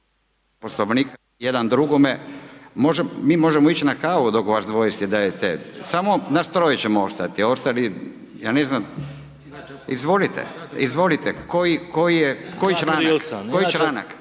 Poslovnik jedan drugome. Mi možemo ići na kavu dok vas dvoje si dajete, samo nas troje ćemo ostati a ostali ja ne znam. Izvolite. Izvolite koji članak?